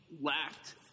lacked